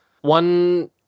one